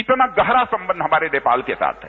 इतना गहरा संबंध हमारे नेपाल के साथ है